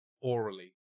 orally